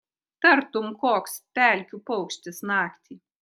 tartum koks pelkių paukštis naktį